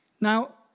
Now